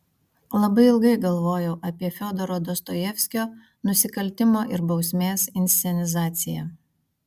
labai ilgai galvojau apie fiodoro dostojevskio nusikaltimo ir bausmės inscenizaciją